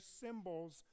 symbols